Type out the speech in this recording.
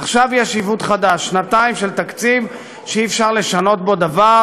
עכשיו יש עיוות חדש: שנתיים של תקציב שאי-אפשר לשנות בו דבר,